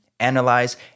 analyze